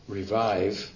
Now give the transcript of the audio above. revive